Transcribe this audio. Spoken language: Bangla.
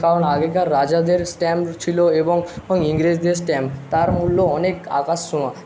কারণ আগেকার রাজাদের স্ট্যাম্প ছিলো এবং ইংরেজদের স্ট্যাম্প তার মূল্য অনেক আকাশ ছোঁয়া